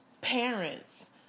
parents